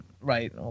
right